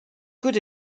good